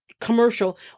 commercial